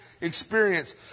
experience